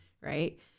right